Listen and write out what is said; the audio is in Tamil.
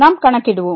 நாம் கணக்கிடுவோம்